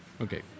Okay